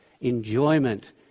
enjoyment